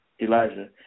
Elijah